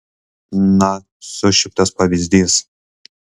na sušiktas pavyzdys